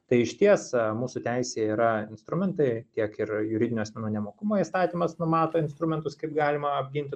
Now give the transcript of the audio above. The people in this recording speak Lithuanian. tai išties mūsų teisėje yra instrumentai tiek ir juridinių asmenų nemokumo įstatymas numato instrumentus kaip galima apginti